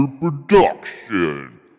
production